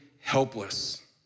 helpless